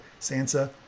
Sansa